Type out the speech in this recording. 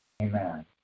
Amen